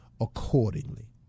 accordingly